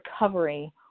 recovery